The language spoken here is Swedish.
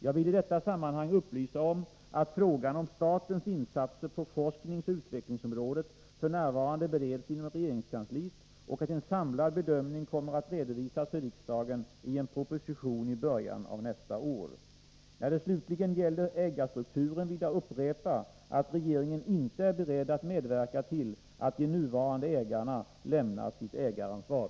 Jag vill i detta sammanhang upplysa om att frågan om statens insatser på forskningsoch utvecklingsområdet f. n. bereds inom regeringskansliet och att en samlad bedömning kommer att redovisas för riksdagen i en proposition i början av nästa år. När det slutligen gäller ägarstrukturen vill jag upprepa att regeringen inte är beredd att medverka till att de nuvarande ägarna lämnar sitt ägaransvar.